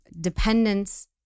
dependence